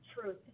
truth